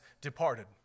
departed